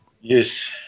Yes